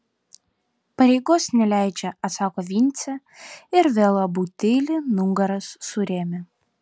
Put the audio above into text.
pareigos neleidžia atsako vincė ir vėl abu tyli nugaras surėmę